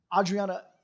Adriana